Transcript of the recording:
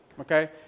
Okay